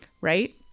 right